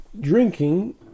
drinking